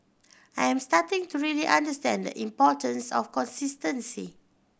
I am starting to really understand the importance of consistency